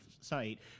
site